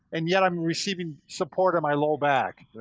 and yet i'm receiving support on my lower back,